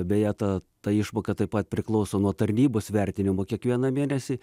beje ta ta išmoka taip pat priklauso nuo tarnybos vertinimo kiekvieną mėnesį